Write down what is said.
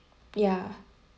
ya